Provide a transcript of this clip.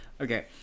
Okay